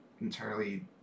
entirely